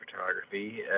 photography